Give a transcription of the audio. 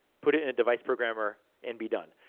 put it in a device programmer, and be done.